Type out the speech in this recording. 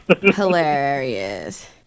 Hilarious